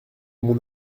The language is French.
mon